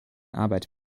arbeit